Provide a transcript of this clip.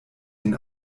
den